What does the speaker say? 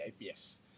IPS